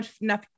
enough